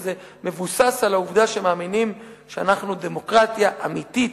וזה מבוסס על העובדה שמאמינים שאנחנו דמוקרטיה אמיתית,